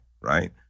right